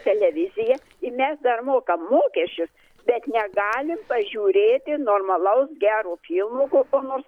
televizija ir mes dar mokam mokesčius bet negalim pažiūrėti normalaus gero filmo kokio nors